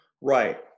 Right